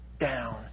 down